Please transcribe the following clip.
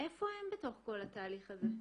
איפה הם בתוך כל התהליך הזה?